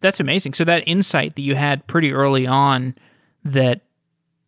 that's amazing. so that insight that you had pretty early on that